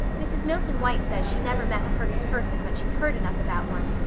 mrs. milton white says she never met a perfect person, but she's heard enough about one.